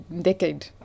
decade